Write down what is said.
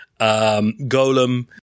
Golem